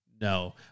No